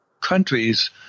countries